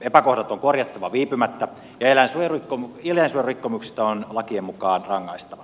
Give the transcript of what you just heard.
epäkohdat on korjattava viipymättä ja eläinsuojelurikkomuksista on lakien mukaan rangaistava